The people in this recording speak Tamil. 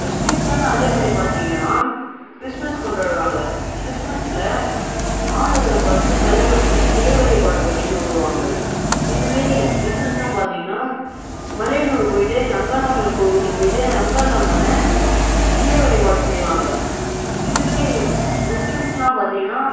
கிறிஸ்டின்ஸ்லாம் அதே மேரி பார்த்தீங்கன்னா கிறிஸ்மஸ் கொண்டாடுவாங்க கிறிஸ்மஸில் ஆண்டவரை பார்த்து தலை வணங்கி சிலை வழிபாடு பண்ணிவிட்டு வருவாங்க இதுவே இந்துஸ்லாம் பார்த்தீங்கன்னா மலையனூர் போய்விட்டு அங்காளம்மன் கோவிலுக்கு போயிவிட்டு அங்காளம்மன சிலை வழிபாடு செய்வாங்க இதுவே முஸ்லீம்ஸ்லாம் பார்த்தீங்கன்னா